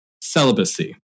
celibacy